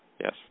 Yes